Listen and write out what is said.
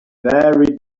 very